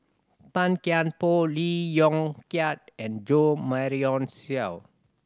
Tan Kian Por Lee Yong Kiat and Jo Marion Seow